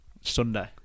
Sunday